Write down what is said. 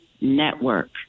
Network